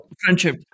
friendship